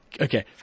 Okay